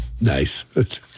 Nice